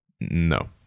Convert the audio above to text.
No